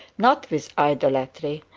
not with idolatry,